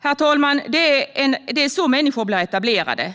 Herr talman! Det är så människor blir etablerade.